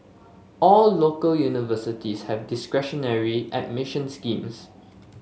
all local universities have discretionary admission schemes